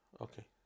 Okay